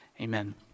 Amen